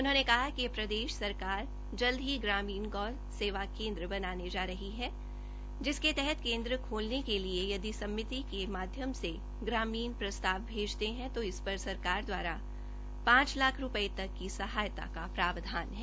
उन्होंने कहा कि प्रदेश सरकार जल्द ही ग्रामीण गौ सेवा केन्द्र बनाने जा रही है जिसके तहत केन्द्र खोलने के लिए यदि समिति के माध्यम से ग्रामीण प्रस्ताव भेजते हैं तो इस पर सरकार द्वारा पांच लाख रूपए तक की सहायता का प्रावधान है